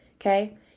Okay